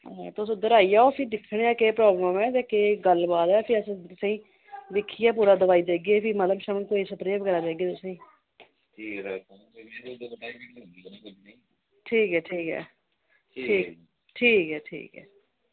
हां तुस उध्दर आई जाओ फ्ही दिक्खनें आं केह् प्रावलम ऐ केह् गल्ल बात ऐ दिक्खियै पूरा दवाई देगे फ्ही मतलव कोई स्प्रे बगैरा देगे तुसेंगी ठीक ऐ ठीक ऐ